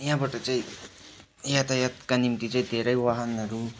यहाँबाट चाहिँ यातायातका निम्ति चाहिँ धेरै वाहनहरू